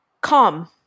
calm